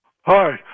Hi